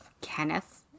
Kenneth